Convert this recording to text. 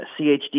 CHD